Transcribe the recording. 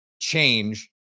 change